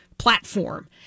Platform